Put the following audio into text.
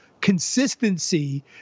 consistency